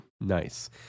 nice